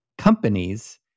companies